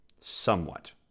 somewhat